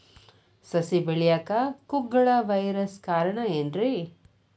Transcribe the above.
ಸಸಿ ಬೆಳೆಯಾಕ ಕುಗ್ಗಳ ವೈರಸ್ ಕಾರಣ ಏನ್ರಿ?